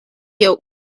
yolk